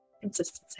consistency